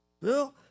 Bill